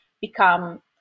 become